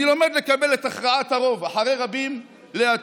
אני לומד לקבל את הכרעת הרוב, "אחרי רבים להטֹת".